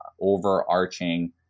overarching